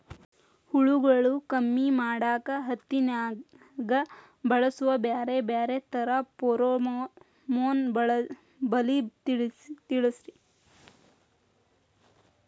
ಹುಳುಗಳು ಕಮ್ಮಿ ಮಾಡಾಕ ಹತ್ತಿನ್ಯಾಗ ಬಳಸು ಬ್ಯಾರೆ ಬ್ಯಾರೆ ತರಾ ಫೆರೋಮೋನ್ ಬಲಿ ತಿಳಸ್ರಿ